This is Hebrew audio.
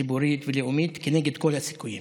ציבורית ולאומית כנגד כל הסיכויים.